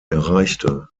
erreichte